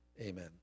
Amen